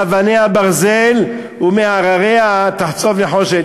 אבניה ברזל ומהרריה תחצב נחושת".